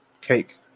cake